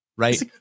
Right